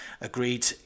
agreed